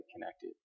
connected